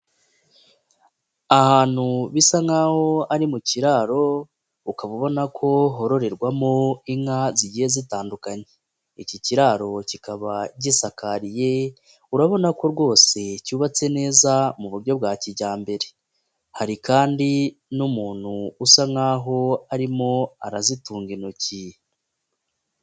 Ahantu bisa nk'aho ari mu kiraro ukaba ubona ko hororerwamo inka zigiye zitandukanye, iki kiraro kikaba gisakariye urabona ko rwose cyubatse neza mu buryo bwa kijyambere, hari kandi n'umuntu usa nk'aho arimo arazitunga intoki.